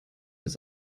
des